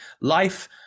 life